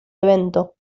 evento